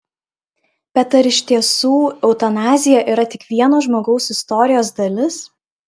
bet ar iš tiesų eutanazija yra tik vieno žmogaus istorijos dalis